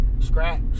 scratch